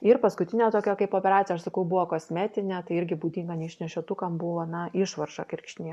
ir paskutinė tokio kaip operacija aš sakau buvo kosmetinė tai irgi būdinga neišnešiotumam buvo na išvarža kirkšnyje